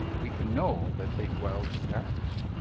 we can know that they dwell in darkness.